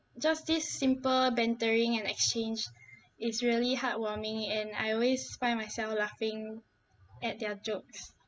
just this simple bantering and exchange is really heartwarming and I always find myself laughing at their jokes